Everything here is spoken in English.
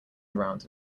around